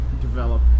develop